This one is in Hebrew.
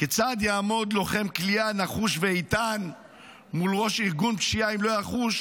כיצד יעמוד לוחם כליאה נחוש ואיתן מול ראש ארגון פשיעה אם לא יחוש